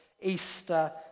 Easter